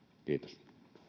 kiitos